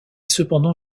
cependant